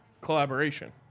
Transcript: collaboration